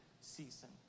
season